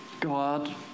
God